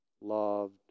loved